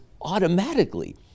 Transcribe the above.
automatically